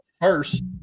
first